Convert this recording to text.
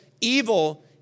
evil